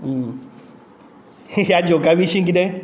ह्या जोका विशीं किदें